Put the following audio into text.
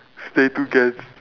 stay togeth~